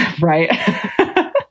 Right